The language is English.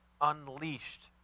unleashed